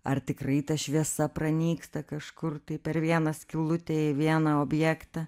ar tikrai ta šviesa pranyksta kažkur tai per vieną skylutę į vieną objektą